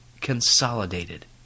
consolidated